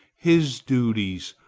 his duties,